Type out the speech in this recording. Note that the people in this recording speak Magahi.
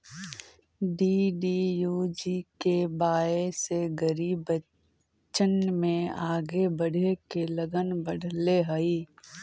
डी.डी.यू.जी.के.वाए से गरीब बच्चन में आगे बढ़े के लगन बढ़ले हइ